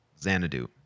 Xanadu